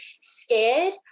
scared